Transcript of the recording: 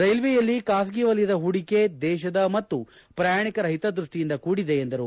ರೈಲ್ವೆಯಲ್ಲಿ ಖಾಸಗಿ ವಲಯದ ಹೂಡಿಕೆ ದೇಶದ ಮತ್ತು ಪ್ರಯಾಣಿಕರ ಹಿತದೃಷ್ಟಿಯಿಂದ ಕೂಡಿದೆ ಎಂದರು